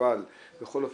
אבל בכל אופן,